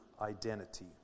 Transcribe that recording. identity